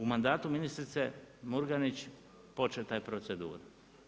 U mandatu ministrice Murganić, početa je procedura.